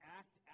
act